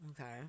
Okay